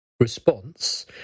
Response